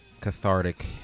cathartic